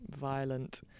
violent